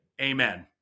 Amen